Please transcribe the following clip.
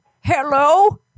Hello